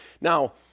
Now